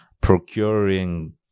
procuring